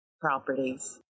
properties